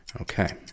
Okay